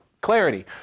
clarity